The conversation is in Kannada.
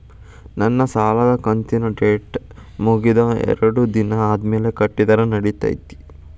ನನ್ನ ಸಾಲದು ಕಂತಿನ ಡೇಟ್ ಮುಗಿದ ಎರಡು ದಿನ ಆದ್ಮೇಲೆ ಕಟ್ಟಿದರ ನಡಿತೈತಿ?